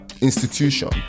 institution